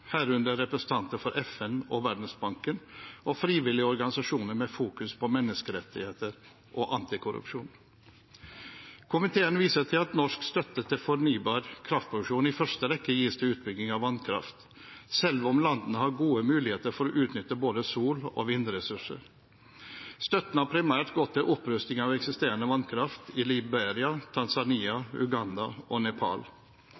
herunder representanter for FN og Verdensbanken, og frivillige organisasjoner som fokuserer på menneskerettigheter og antikorrupsjon. Komiteen viser til at norsk støtte til fornybar kraftproduksjon i første rekke gis til utbygging av vannkraft, selv om landene har gode muligheter for å utnytte både sol- og vindressurser. Støtten har primært gått til opprusting av eksisterende vannkraftverk i Liberia, Tanzania, Uganda og Nepal.